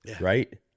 right